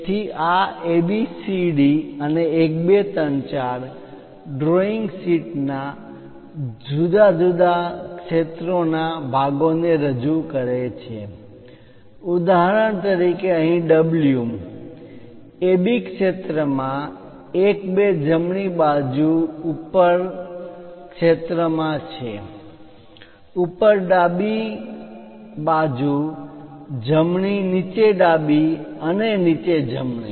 તેથી આ A B C D અને 1 2 3 4 ડ્રોઈંગ શીટ ના જુદા જુદા ક્ષેત્રોના ભાગોને રજૂ કરે છે ઉદાહરણ તરીકે અહીં W A B ક્ષેત્રમાં 1 2 જમણી બાજુ ઉપર ક્ષેત્રમાં છે ઉપર ડાબી બાજુ જમણી નીચે ડાબી અને નીચે જમણી